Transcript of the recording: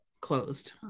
closed